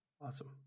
Awesome